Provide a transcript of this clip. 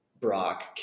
Brock